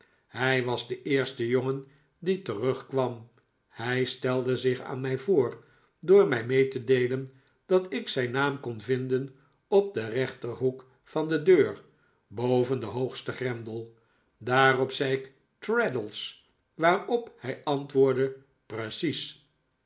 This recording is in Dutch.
hij was de eerste jongen die terugkwam hij stelde zich aan mij voor door mij mee te deelen dat ik zijn naam kon vinden op den rechterhoek van de deur boven den hoogsten grendel daarop zei ik traddles waarop hij antwoordde precies